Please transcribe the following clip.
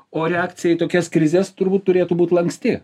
o reakcija į tokias krizes turbūt turėtų būti lanksti